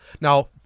Now